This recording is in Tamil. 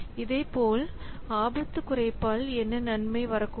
இதேபோல் ஆபத்து குறைப்பால் என்ன நன்மை வரக்கூடும்